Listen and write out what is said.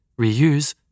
reuse